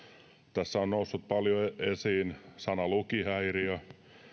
tässä on noussut paljon esiin sana lukihäiriö